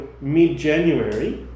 mid-January